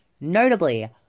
Notably